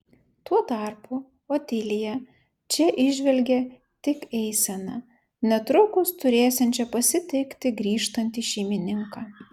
tuo tarpu otilija čia įžvelgė tik eiseną netrukus turėsiančią pasitikti grįžtantį šeimininką